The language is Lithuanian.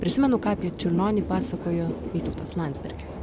prisimenu ką apie čiurlionį pasakojo vytautas landsbergis